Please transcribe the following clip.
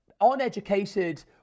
uneducated